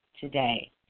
today